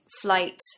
flight